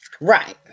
right